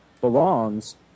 belongs